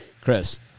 Chris